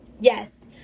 Yes